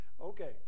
Okay